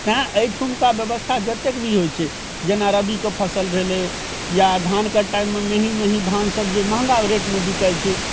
तऽ तैं अइठुमका व्यवस्था जतेक भी होइ छै जेना रबीके फसल भेलै या धानके टाइममे मेही मेही धान सब जे महँगा रेटमे बिकै छै